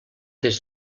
des